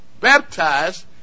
baptized